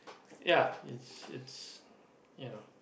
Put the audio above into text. ya it's it's you know